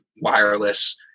wireless